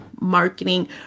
marketing